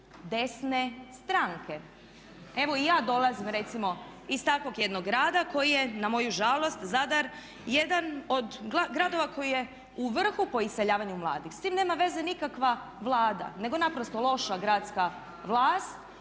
desne stranke. Evo i ja dolazim recimo iz takvog jednog grada koji je na moju žalost Zadar jedan od gradova koji je u vrhu po iseljavanju mladih. S tim nema veze nikakva Vlada, nego naprosto loša gradska vlast